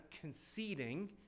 conceding